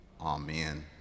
Amen